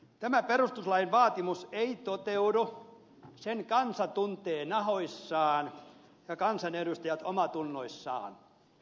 tämä perustuslain vaatimus ei toteudu sen kansa tuntee nahoissaan ja kansanedustajat omissatunnoissaan